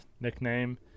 nickname